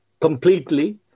completely